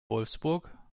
wolfsburg